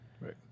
right